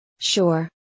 Sure